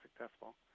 successful